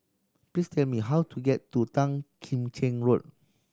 please tell me how to get to Tan Kim Cheng Road